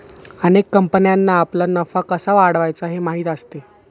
अनेक कंपन्यांना आपला नफा कसा वाढवायचा हे माहीत असते